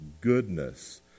goodness